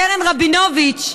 קרן רבינוביץ,